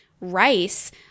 rice